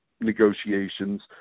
negotiations